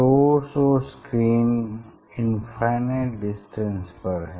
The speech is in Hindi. सोर्स और स्क्रीन इनफाइनाइट डिस्टेंस पर हैं